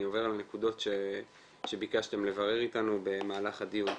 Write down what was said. אני עובר על הנקודות שביקשתם לברר איתנו במהלך הדיון.